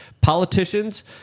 politicians